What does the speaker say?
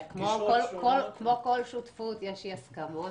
כמו בכל שותפות יש אי הסכמות,